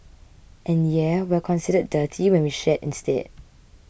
and yeah we're considered dirty when we shed instead